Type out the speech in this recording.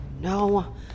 no